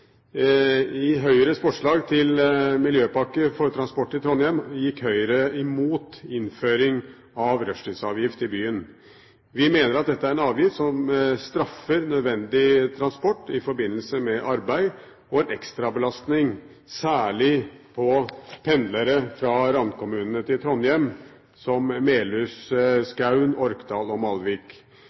I Høyres forslag til Miljøpakke for transport i Trondheim gikk Høyre imot innføring av rushtidsavgift i byen. Vi mener dette er en avgift som straffer nødvendig transport i forbindelse med arbeid, og er en ekstrabelastning, særlig på pendlere fra randkommunene til Trondheim, som Melhus, Skaun, Orkdal og Malvik.